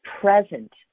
present